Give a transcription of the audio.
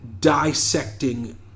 dissecting